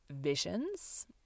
visions